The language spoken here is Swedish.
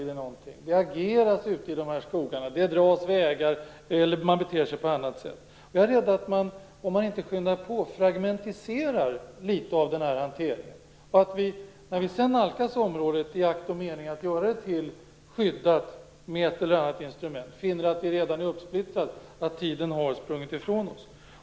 Det ageras ute i de här skogarna; det dras vägar eller man beter sig på annat sätt. Jag är rädd för att man, om man inte skyndar på, fragmentiserar litet av hanteringen. När vi sedan nalkas området i akt och mening att med ett eller annat instrument göra det till skyddat, finner vi att det redan är uppsplittrat och att tiden har sprungit ifrån oss.